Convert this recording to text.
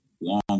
long